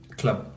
club